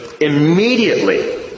immediately